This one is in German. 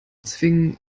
zwingen